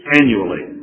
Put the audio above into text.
annually